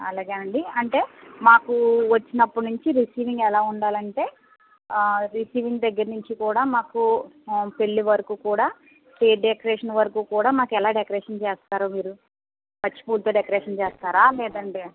అలాగే అండి అంటే మాకు వచ్చినప్పటి నుండి రిసీవింగ్ ఎలా ఉండాలంటే రిసీవింగ్ దగ్గర నుంచి కూడా మాకు పెళ్ళి వరకు కూడా స్టేజ్ డెకరేషన్ వరకు కూడా మాకు ఎలా డెకరేషన్ చేస్తారు మీరు పచ్చి పూలుతో డెకరేషన్ చేస్తారా లేదంటే